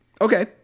Okay